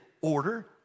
order